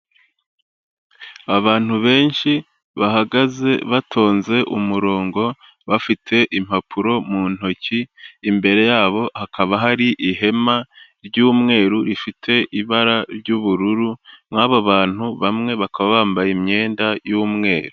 Abantu benshi bahagaze batonze umurongo bafite impapuro mu ntoki, imbere yabo hakaba hari ihema ry'umweru rifite ibara ry'ubururu, mu aba bantu bamwe bakaba bambaye imyenda y'umweru.